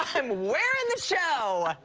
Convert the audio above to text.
i'm i'm wearing the show!